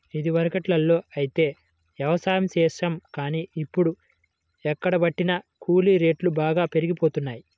ఇదివరకట్లో అంటే యవసాయం చేశాం గానీ, ఇప్పుడు ఎక్కడబట్టినా కూలీ రేట్లు బాగా పెరిగిపోతన్నయ్